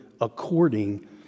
according